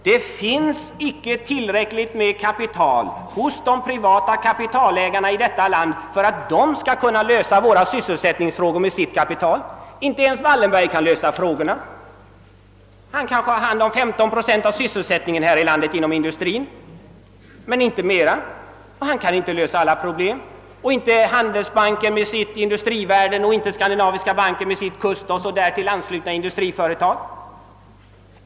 Det finns icke tillräckligt med kapital hos de privata kapitalägarna i detta land för att de skall kunna lösa våra sysselsättningsproblem med sitt kapital. Inte ens Wallenberg kan klara frågorna. Han kanske har hand om 15 procent av sysselsättningen inom industrin, men inte mer. Han kan inte lösa alla problem! Det kan inte heller Handelsbanken med sitt Industrivärlden och inte Skandinaviska banken med sitt Custos och därtill anslutna industriföretag.